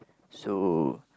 so